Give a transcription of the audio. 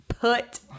Put